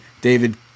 David